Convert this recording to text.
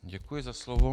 Děkuji za slovo.